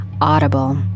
audible